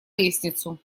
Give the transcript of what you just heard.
лестницу